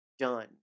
Done